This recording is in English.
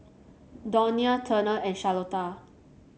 Donia Turner and Charlotta